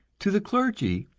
to the clergy,